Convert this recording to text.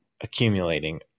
accumulating